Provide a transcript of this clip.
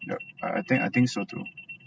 yup I I think I think so too